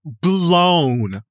blown